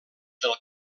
del